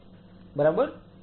બરાબર